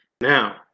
now